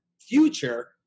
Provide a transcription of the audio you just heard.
future